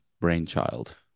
brainchild